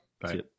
Bye